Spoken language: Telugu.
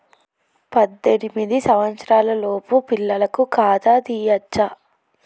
పద్దెనిమిది సంవత్సరాలలోపు పిల్లలకు ఖాతా తీయచ్చా?